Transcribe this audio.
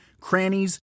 crannies